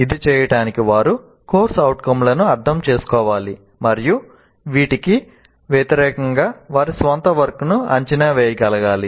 ఇది చేయటానికి వారు CO లను అర్థం చేసుకోవాలి మరియు వీటికి వ్యతిరేకంగా వారి స్వంత వర్క్ ని అంచనా వేయగలగాలి